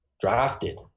drafted